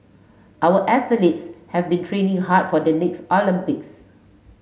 our athletes have been training hard for the next Olympics